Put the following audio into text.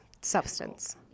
substance